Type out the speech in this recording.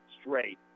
straight